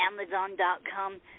Amazon.com